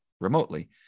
remotely